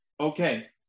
okay